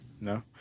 No